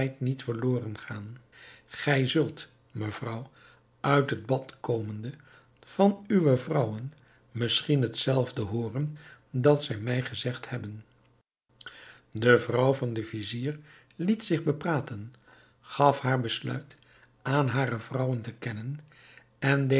niet verloren gaan gij zult mevrouw uit het bad komende van uwe vrouwen misschien hetzelfde hooren dat zij mij gezegd hebben de vrouw van den vizier liet zich bepraten gaf haar besluit aan hare vrouwen te kennen en